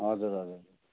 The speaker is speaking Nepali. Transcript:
हजुर हजुर